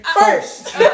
first